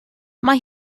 mae